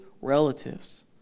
relatives